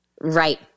Right